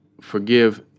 forgive